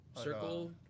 circle